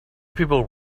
people